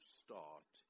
start